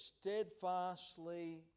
steadfastly